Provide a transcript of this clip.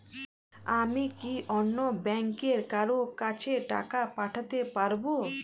আমি কি অন্য ব্যাংকের কারো কাছে টাকা পাঠাতে পারেব?